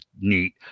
neat